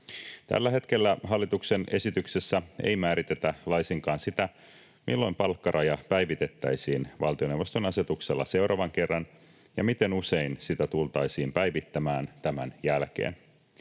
Tällä hetkellä hallituksen esityksessä ei määritetä laisinkaan sitä, milloin palkkaraja päivitettäisiin valtioneuvoston asetuksella seuraavan kerran ja miten usein sitä tultaisiin päivittämään tämän jälkeen.